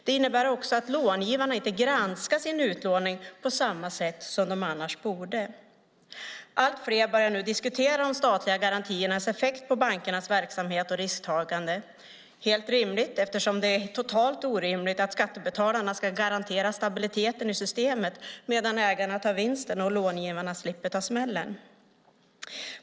Det innebär att långivarna inte granskar sin utlåning på samma sätt som de annars borde. Allt fler börjar nu diskutera de statliga garantiernas effekt på bankernas verksamhet och risktagande. Det är helt rimligt eftersom det är totalt orimligt att skattebetalarna ska garantera stabiliteten i systemet, medan ägarna tar vinsten och långivarna slipper ta smällen.